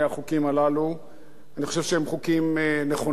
אני חושב שהם חוקים נכונים, חוקים ראויים.